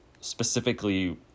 specifically